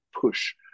push